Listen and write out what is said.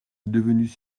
devenues